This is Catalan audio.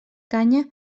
canya